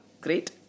Great